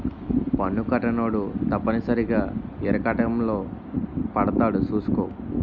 పన్ను కట్టనోడు తప్పనిసరిగా ఇరకాటంలో పడతాడు సూసుకో